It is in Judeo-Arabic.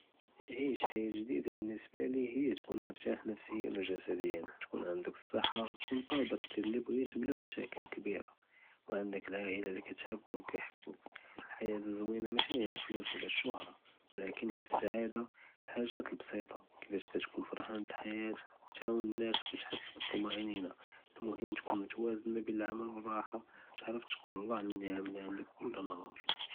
עַיִש חַיַاة גְּדִידָה בַּנִּסְבַּה לִיַא הִיָּה תְּכוּן מְרִתַּاح נַפְסִיָּאן וְגִ'סְדִיָּאן, תְּכוּן עַנְדַכּ סְחַّة, תְּכוּן קַאדֵר דִּיר לִי בְּغִיב בְּלָא מְשַׁאקִל כְּבִירָה וְעַנְדַכּ עַאִילַה לִי תְּחַבְּהָא וְקַיְחֻבּוּך, חַיַاة זְוִינָה, מָשִׁי הִיָּה גִ'י לַפְלוּס וְאֶל-שְׁהְרָה וְלָקִין הִיָּה סַעֲדָה, חְגַּאט אֶל-בְּסִיטָּה, כֵּיףַאש קַתְכוּן פַרְחָאן בֶּאֶל-חַיַاة, קַתְעַאוּן אֶל-נָּאס וְקַתְחִס בִּטְמַאְנִינֶה. אֶל-מֻהִם תְּכוּן מְתַוַאזֵן בֵּין עֲמַל וְרָاحָה, תַּעְרֵף תְּשַׁכֵּר אֶל-לָה עַל נִعַמ לִי עַנְדַכּ כְּלַא נְהָאר.